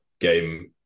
game